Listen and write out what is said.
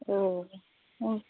औ औ